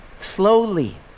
Slowly